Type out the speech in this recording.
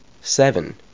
Seven